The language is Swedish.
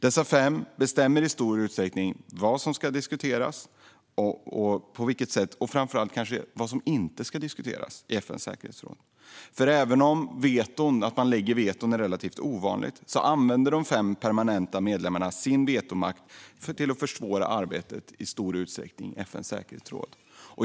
Dessa fem bestämmer i stor utsträckning vad som ska diskuteras, på vilket sätt det ska diskuteras och kanske framför allt vad som inte ska diskuteras i FN:s säkerhetsråd. Även om det är rätt ovanligt att man lägger veto använder de fem permanenta medlemmarna sin vetomakt till att i stor utsträckning försvåra arbetet i FN:s säkerhetsråd.